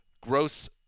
gross